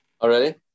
Already